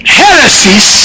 heresies